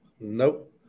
Nope